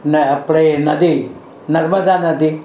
ને આપણે નદી નર્મદા નદી